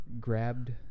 grabbed